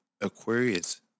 Aquarius